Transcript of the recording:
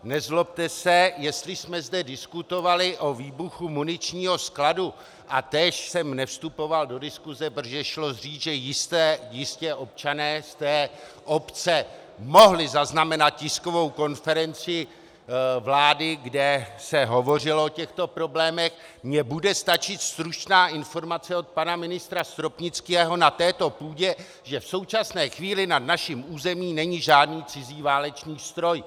Nezlobte se, jestli jsme zde diskutovali o výbuchu muničního skladu a též jsem nevstupoval do diskuse, protože šlo říct, že jistě občané z té obce mohli zaznamenat tiskovou konferenci vlády, kde se hovořilo o těchto problémech, mně bude stačit stručná informace od pana ministra Stropnického na této půdě, že v současné chvíli nad naším územím není žádný cizí válečný stroj.